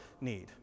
need